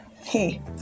Hey